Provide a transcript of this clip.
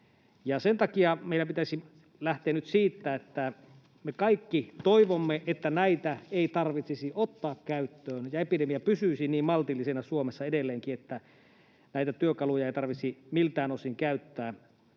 Sen takia meidän pitäisi lähteä nyt siitä, että me kaikki toivomme, että näitä ei tarvitsisi ottaa käyttöön ja epidemia pysyisi niin maltillisena Suomessa edelleenkin, että ei tarvitsisi miltään osin käyttää